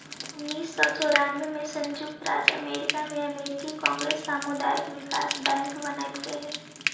उन्नीस सौ चौरानबे में संयुक्त राज्य अमेरिका में अमेरिकी कांग्रेस सामुदायिक विकास बैंक बनवलकइ हई